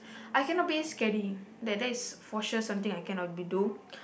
I cannot be scary like that's for sure something I cannot be do